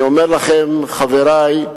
אני אומר לכם, חברי,